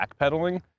backpedaling